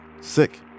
sick